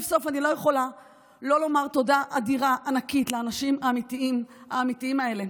אני לא יכולה שלא לומר תודה אדירה ענקית לאנשים האמיתיים האלה,